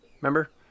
remember